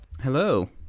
Hello